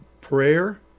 prayer